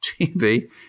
TV